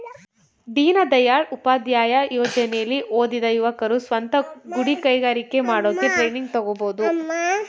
ದೀನದಯಾಳ್ ಉಪಾಧ್ಯಾಯ ಯೋಜನೆಲಿ ಓದಿದ ಯುವಕರು ಸ್ವಂತ ಗುಡಿ ಕೈಗಾರಿಕೆ ಮಾಡೋಕೆ ಟ್ರೈನಿಂಗ್ ತಗೋಬೋದು